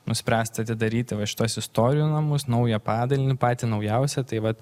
nuspręsta atidaryti va šituos istorijų namus naują padalinį patį naujausią tai vat